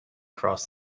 across